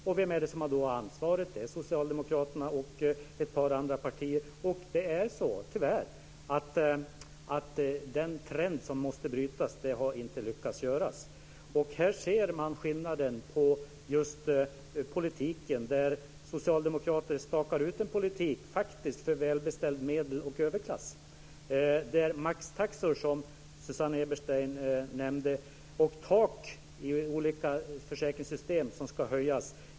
Och vem har ansvaret? Det är Socialdemokraterna och ett par andra partier. Och tyvärr har man inte lyckats bryta den trend som måste brytas. Här ser man skillnaden på just politiken. Socialdemokraterna stakar faktiskt ut en politik för välbeställd medel och överklass med maxtaxor, som Susanne Eberstein nämnde, och med tak som ska höjas i olika förskringssystem.